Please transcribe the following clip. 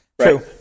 True